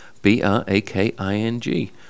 B-R-A-K-I-N-G